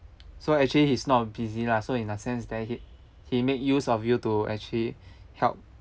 so actually he's not busy lah so in a sense that he he made use of you to actually help